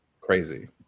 crazy